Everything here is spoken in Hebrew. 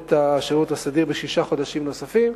את השירות הסדיר בשישה חודשים נוספים,